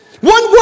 One